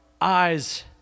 eyes